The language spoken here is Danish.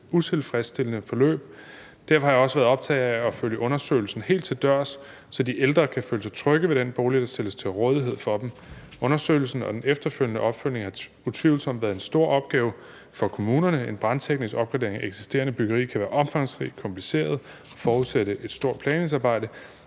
utilfredsstillende forløb. Derfor har jeg også været optaget af at følge undersøgelsen helt til dørs, så de ældre kan føle sig trygge ved den bolig, der stilles til rådighed for dem. Undersøgelsen og den opfølgning har utvivlsomt været en stor opgave for kommunerne. En brandsikringsopgradering af eksisterende byggeri kan være omfangsrig, kompliceret og forudsætte et stort planlægningsarbejde,